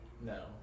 No